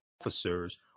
officers